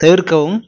தவிர்க்கவும்